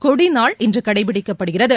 கொடிநாள் இன்றுகடைபிடிக்கப்படுகிறது